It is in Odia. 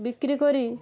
ବିକ୍ରି କରି